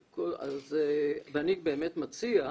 ואני באמת מציע,